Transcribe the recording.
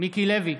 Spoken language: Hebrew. מיקי לוי,